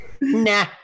Nah